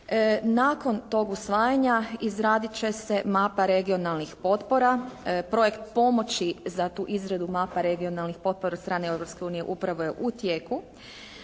nakon tog usvajanja izraditi će se mapa regionalnih potpora, projekt pomoći za tu izradu mapa regionalnih potpora od strane Europske unije